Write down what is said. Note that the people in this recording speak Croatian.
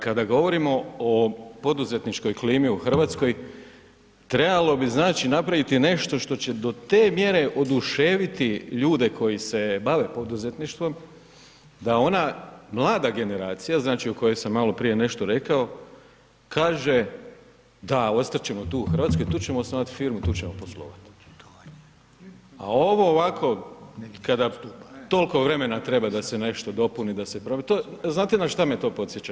Kada govorimo o poduzetničkoj klimi u Hrvatskoj, trebalo bi znači napraviti nešto što će do te mjere oduševiti ljude koji se bave poduzetništvom da ona mlada generacija, znači o kojoj sam malo prije nešto rekao, kaže da, ostat ćemo tu u Hrvatskoj, tu ćemo osnovat firmu, tu ćemo poslovat, a ovo ovako kada toliko vremena treba da se nešto dopuni, da se promijeni, to, znate na šta me to podsjeća?